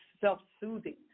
self-soothing